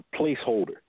placeholder